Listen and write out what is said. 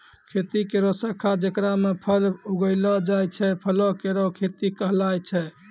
खेती केरो शाखा जेकरा म फल उगैलो जाय छै, फलो केरो खेती कहलाय छै